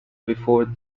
before